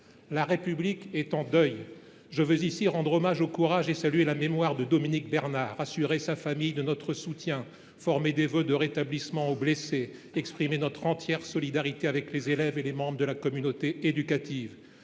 La République est en deuil. Je veux ici rendre hommage au courage de Dominique Bernard et saluer sa mémoire, assurer sa famille de notre soutien, former des vœux de rétablissement aux blessés et exprimer notre entière solidarité avec les élèves et les membres de la communauté éducative.